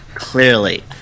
Clearly